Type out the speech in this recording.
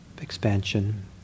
expansion